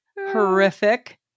horrific